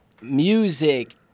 music